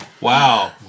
Wow